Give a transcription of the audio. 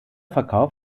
verkauf